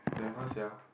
never sia